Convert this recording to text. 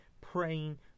praying